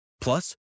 Plus